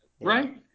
right